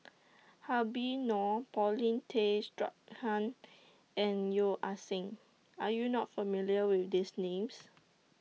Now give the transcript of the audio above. Habib Noh Paulin Tay Straughan and Yeo Ah Seng Are YOU not familiar with These Names